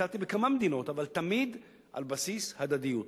ביטלתי בכמה מדינות אבל תמיד על בסיס הדדיות,